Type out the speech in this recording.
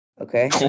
Okay